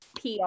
PR